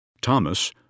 Thomas